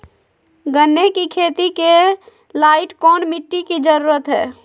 गन्ने की खेती के लाइट कौन मिट्टी की जरूरत है?